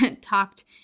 talked